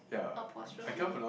apostrophe